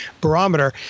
barometer